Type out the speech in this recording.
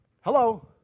Hello